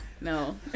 No